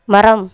மரம்